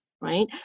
right